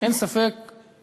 שקיפות ובקרה בדרכים